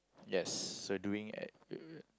yes so doing at